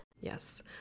yes